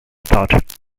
thought